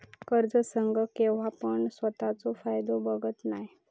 कर्ज संघ केव्हापण स्वतःचो फायदो बघत नाय